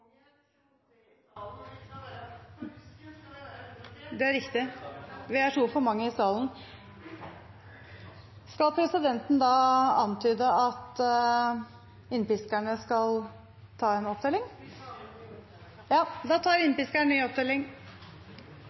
Det er riktig. Vi er for mange i salen, så da tar